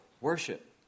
worship